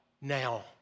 now